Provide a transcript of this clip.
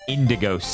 Indigo